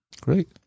Great